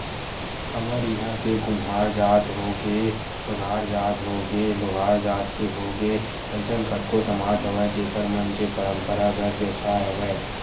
हमर इहाँ के कुम्हार जात होगे, सोनार जात होगे, लोहार जात के होगे अइसन कतको समाज हवय जेखर मन के पंरापरागत बेवसाय हवय